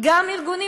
גם של ארגונים.